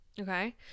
okay